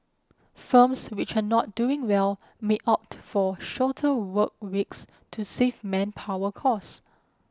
firms which are not doing well may opt for shorter work weeks to save manpower costs